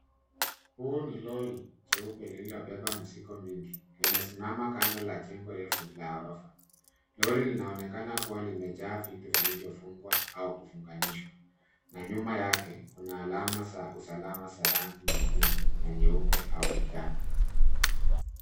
Huu ni lori jeupe lililobeba mizigo mingi. Limesimama kando la jengo refu la ghorofa. Lori linaonekana kua limejaa vitu vilivyofungwa au kufunganishwa, na nyuma yake kuna alama za usalama za rangi nyekundu na nyeupe au njano.